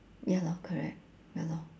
ya lor correct ya lor